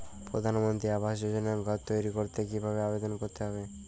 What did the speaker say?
প্রধানমন্ত্রী আবাস যোজনায় ঘর তৈরি করতে কিভাবে আবেদন করতে হবে?